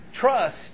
Trust